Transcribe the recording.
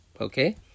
Okay